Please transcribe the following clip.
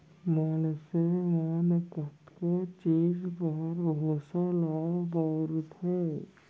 मनसे मन कतको चीज बर भूसा ल बउरथे